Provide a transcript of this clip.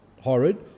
horrid